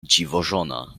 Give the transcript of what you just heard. dziwożona